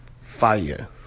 Fire